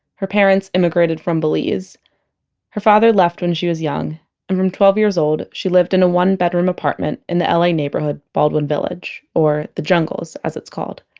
her parents immigrated from belize her father left when she was young and from twelve years old, she lived in a one bedroom apartment in the la neighborhood, baldwin village, or the jungles as it's called